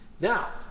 Now